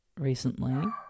recently